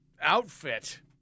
outfit